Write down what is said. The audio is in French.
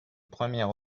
première